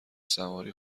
سواری